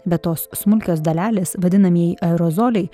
bet tos smulkios dalelės vadinamieji aerozoliai